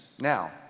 now